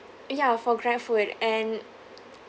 ya for Grabfood and